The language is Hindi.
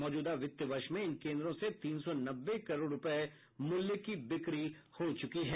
मौजूदा वित्त वर्ष में इन केन्द्रों से तीन सौ नब्बे करोड़ रुपये मूल्य की बिक्री हो चुकी है